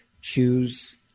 choose